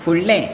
फुडलें